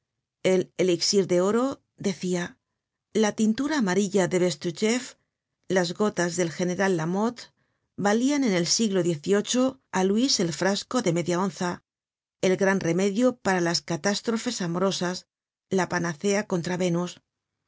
el elixir de oro decia la tintura amarilla de bestuchef las gotas del general lamotte valian en el siglo xviii á luis el frasco de media onza el gran remedio para las catástrofes amorosas la panacea contra venus